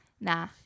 Nah